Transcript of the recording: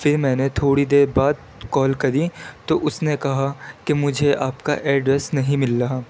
پھر میں نے تھوڑی دیر بعد کال کری تو اس نے کہا کہ مجھے آپ کا ایڈریس نہیں مل رہا